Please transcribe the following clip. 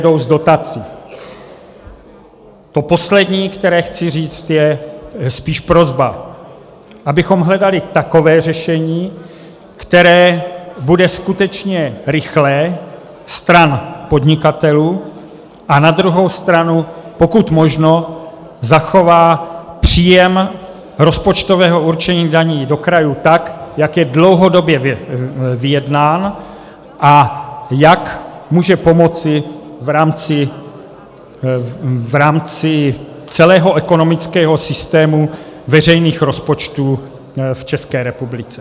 To poslední, co chci říct, je spíš prosba, abychom hledali takové řešení, které bude skutečně rychlé stran podnikatelů a na druhé straně pokud možno zachová příjem rozpočtového určení daní do krajů tak, jak je dlouhodobě vyjednán a jak může pomoci v rámci celého ekonomického systému veřejných rozpočtů v České republice.